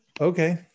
Okay